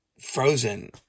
frozen